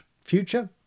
future